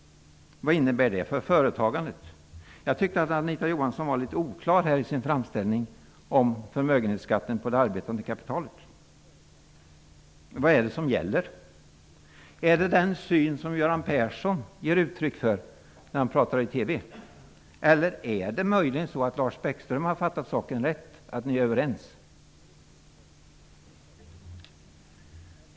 Vad innebär detta för företagandet? Jag tycker att Anita Johansson var litet oklar i sin framställning om förmögenhetsskatten när det gäller det arbetande kapitalet. Vad är det som gäller? Är det den syn som Göran Persson ger uttryck för när han talar i TV? Eller är det möjligen så, att Lars Bäckström har fattat saken rätt, att ni är överens?